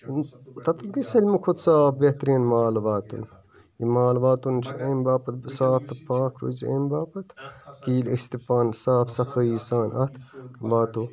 تَتیٚتھ سٲلمو کھۄتہٕ صاف بہتریٖن مال واتُن یہِ مال واتُن چھُ اَمہِ باپَتھ صاف تہٕ پاک روزِ اَمہِ باپَتھ کہِ ییٚلہِ أسی تہِ پانہٕ صاف صفٲیی سان اَتھ واتو